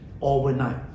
overnight